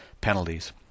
penalties